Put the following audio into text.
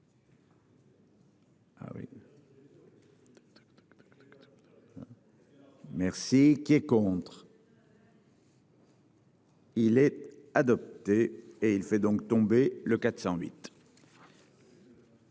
Merci. Et qui est contre. Il est adopté et il fait donc tomber le 408.